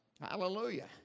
Hallelujah